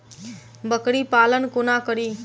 बकरी पालन कोना करि?